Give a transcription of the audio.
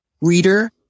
Reader